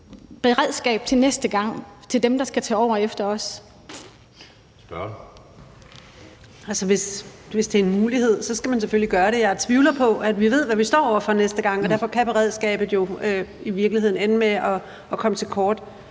Kirsten Normann Andersen (SF): Altså, hvis det er en mulighed, skal man selvfølgelig gøre det. Jeg tvivler på, at vi ved, hvad vi står over for næste gang, og derfor kan beredskabet jo i virkeligheden ende med at komme til kort.